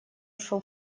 ушел